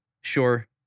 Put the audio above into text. sure